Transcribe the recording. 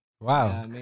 Wow